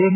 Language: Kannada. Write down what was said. ಎನ್